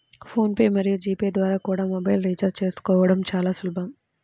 phone pay మరియు G pay ద్వారా కూడా మొబైల్ రీఛార్జి చేసుకోవడం చాలా సులభం